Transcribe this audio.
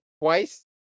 twice